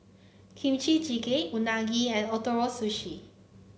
Kimchi Jjigae Unagi and Ootoro Sushi